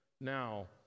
now